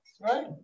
right